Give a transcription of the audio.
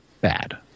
bad